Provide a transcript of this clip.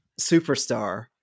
Superstar